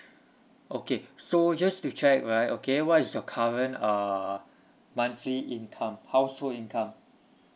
okay so just to check right okay what is your current uh monthly income household income